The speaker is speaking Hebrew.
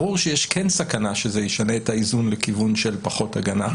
ברור שיש סכנה שזה ישנה את האיזון לכיוון של פחות הגנה.